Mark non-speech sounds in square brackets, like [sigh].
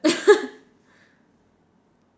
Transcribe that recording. [laughs]